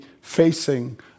facing